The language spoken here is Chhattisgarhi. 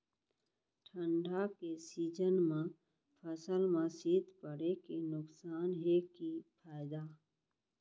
ठंडा के सीजन मा फसल मा शीत पड़े के नुकसान हे कि फायदा?